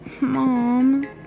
Mom